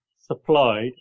supplied